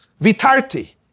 Vitarti